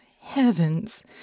heavens